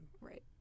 right